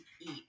eat